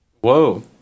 Whoa